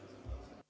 Hvala